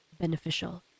beneficial